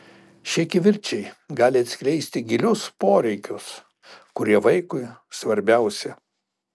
šie kivirčai gali atskleisti gilius poreikius kurie vaikui svarbiausi